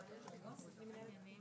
הישיבה ננעלה בשעה